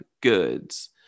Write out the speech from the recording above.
Goods